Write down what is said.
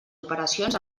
operacions